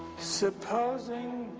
supposing,